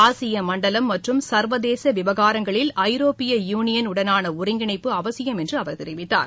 ஆசியமண்டலம் மற்றும் சர்வதேசவிவகாரங்களில் ஐரோப்பிய யூனியன் உடனானஒருங்கிணைப்பு அவசியம் என்றுதெரிவித்தார்